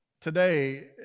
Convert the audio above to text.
today